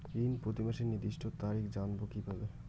ঋণ প্রতিমাসের নির্দিষ্ট তারিখ জানবো কিভাবে?